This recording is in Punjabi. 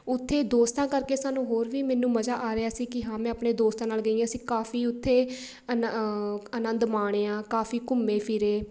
ਉੱਥੇ ਦੋਸਤਾਂ ਕਰਕੇ ਸਾਨੂੰ ਹੋਰ ਵੀ ਮੈਨੂੰ ਮਜ਼ਾ ਆ ਰਿਹਾ ਸੀ ਕਿ ਹਾਂ ਮੈਂ ਆਪਣੇ ਦੋਸਤਾਂ ਨਾਲ ਗਈ ਹਾਂ ਅਸੀਂ ਕਾਫੀ ਉੱਥੇ ਅਨ ਆਨੰਦ ਮਾਣਿਆ ਕਾਫੀ ਘੁੰਮੇ ਫਿਰੇ